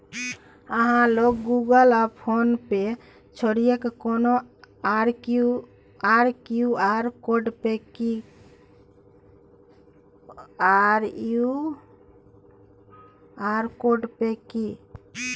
अहाँ लग गुगल आ फोन पे छोड़िकए कोनो आर क्यू.आर कोड यै कि?